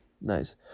Nice